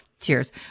Cheers